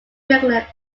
regular